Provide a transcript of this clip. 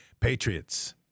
Patriots